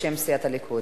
בשם סיעת הליכוד.